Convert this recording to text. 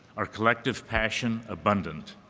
our collective passion abundant.